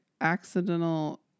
accidental